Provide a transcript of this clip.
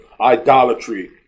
idolatry